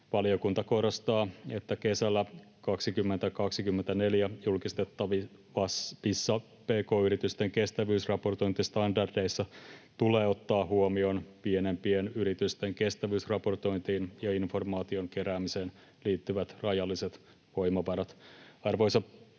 Valiokunta korostaa, että kesällä 2024 julkistettavissa pk-yritysten kestävyysraportointistandardeissa tulee ottaa huomioon pienempien yritysten kestävyysraportointiin ja informaation keräämiseen liittyvät rajalliset voimavarat.